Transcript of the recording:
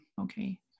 okay